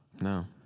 No